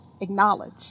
acknowledge